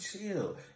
chill